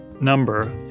number